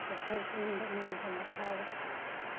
ꯋꯥꯈꯜ ꯄꯨꯛꯅꯤꯡꯗ ꯅꯨꯡꯉꯥꯏꯍꯟꯕ ꯐꯥꯎꯋꯤ